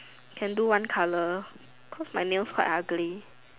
can do one colour cause my nails quite ugly